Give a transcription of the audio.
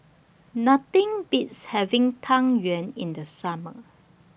Nothing Beats having Tang Yuen in The Summer